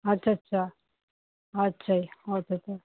ਅੱਛਾ ਅੱਛਾ ਅੱਛਾ ਜੀ ਅੱਛਾ ਅੱਛਾ